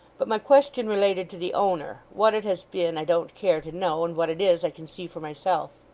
but my question related to the owner. what it has been i don't care to know, and what it is i can see for myself